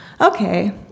Okay